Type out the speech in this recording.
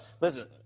listen